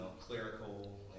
clerical